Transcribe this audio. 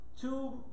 two